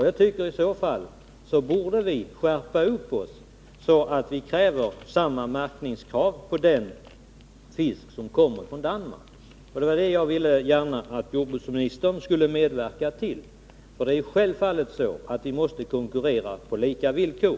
Jag tycker att vi i så fall borde skärpa oss och ställa samma märkningskrav på den fisk som kommer från Danmark. Det var det jag ville att jordbruksministern skulle medverka till. Vi måste självfallet konkurrera på lika villkor.